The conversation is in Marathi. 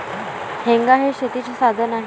हेंगा हे शेतीचे साधन आहे